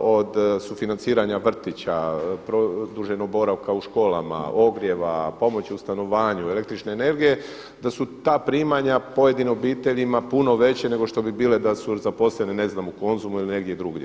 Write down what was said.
od sufinanciranja vrtića, produženog boravka u školama, ogrijeva, pomoći u stanovanju, električne energije, da su ta primanja pojedinim obiteljima puno veće nego što bi bile da su zaposlene ne znam u Konzumu ili negdje drugdje.